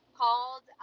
called